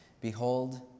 Behold